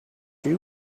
you